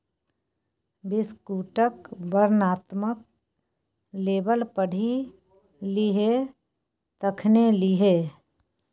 बिस्कुटक वर्णनात्मक लेबल पढ़ि लिहें तखने लिहें